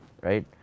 Right